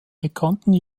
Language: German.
bekannten